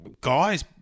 guys